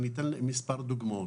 אני אתן מספר דוגמאות.